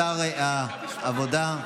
שר העבודה,